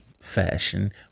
fashion